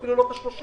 אפילו לא את ה-30%.